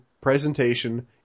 presentation